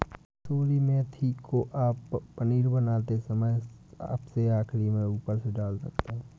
कसूरी मेथी को आप पनीर बनाते समय सबसे आखिरी में ऊपर से डाल सकते हैं